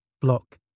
block